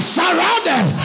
surrounded